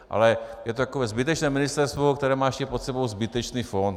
Ale je to zbytečné ministerstvo, které má ještě pod sebou zbytečný fond.